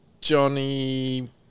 Johnny